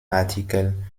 artikel